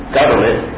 government